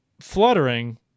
fluttering